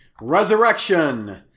Resurrection